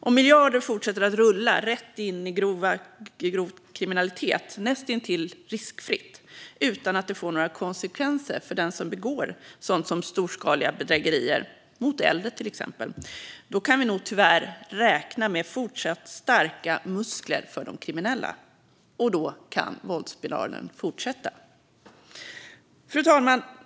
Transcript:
Om miljarder fortsätter att rulla rätt in i grov kriminalitet näst intill riskfritt och utan att det får några konsekvenser för den som begår sådant som storskaliga bedrägerier - mot äldre, till exempel - kan vi nog tyvärr räkna med fortsatt starka muskler för de kriminella, och då kan våldsspiralen fortsätta. Fru talman!